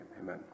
Amen